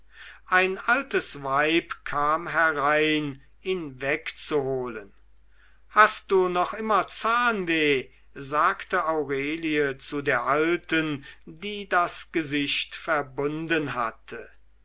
ein altes weib kam herein ihn wegzuholen hast du noch immer zahnweh sagte aurelie zu der alten die das gesicht verbunden hatte